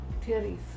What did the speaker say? theories